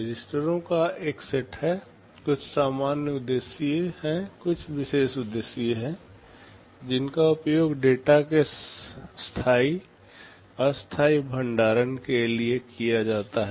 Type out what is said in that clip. रजिस्टरों का एक सेट है कुछ सामान्य उदेशिये हैं कुछ विशेष उदेशिये हैं जिनका उपयोग डेटा के अस्थायी भंडारण के लिए किया जाता है